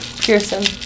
Pearson